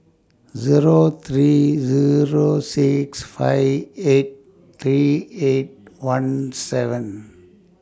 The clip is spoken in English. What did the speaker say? Zero three Zero six five eight three eight one seven